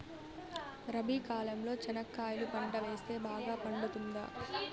రబి కాలంలో చెనక్కాయలు పంట వేస్తే బాగా పండుతుందా?